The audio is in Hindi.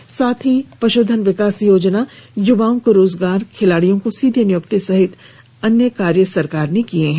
इसके अलावा पशुधन विकास योजना युवाओं को रोजगार खिलाड़ियों को सीधी नियुक्ति सहित अनेक काम सरकार ने किए हैं